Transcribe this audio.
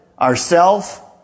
Ourself